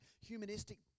humanistic